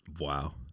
wow